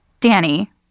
Danny